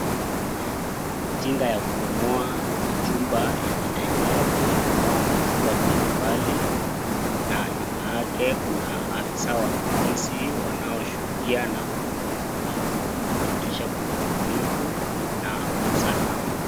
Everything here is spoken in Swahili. Tinga ya kubomoa majumba inaendelea kubomoa majumba mbalimbali, na nyuma yake kuna afisa wa polisi wanao shuhudia na kuakikisha kuna utulivu na usalama.